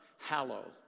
hallow